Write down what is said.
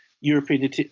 European